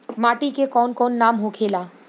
माटी के कौन कौन नाम होखेला?